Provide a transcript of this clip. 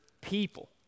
people